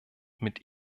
mit